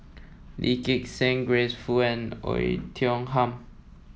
Lee Gek Seng Grace Fu and Oei Tiong Ham